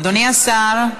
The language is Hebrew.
אדוני השר,